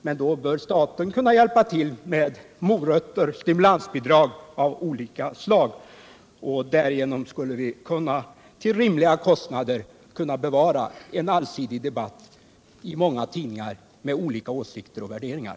Men då bör staten kunna hjälpa till med morötter, med stimulansbidrag av olika slag. Därigenom skulle vi till rimliga kostnader kunna bevara en allsidig debatt i många tidningar med olika åsikter och värderingar.